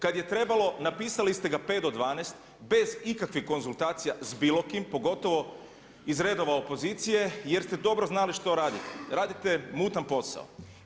Kada je trebalo napisali ste ga 5 do 12 bez ikakvih konzultacija s bilo kim, pogotovo iz redova opozicije jer ste dobro znali što raditi, radite mutan posao.